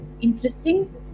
interesting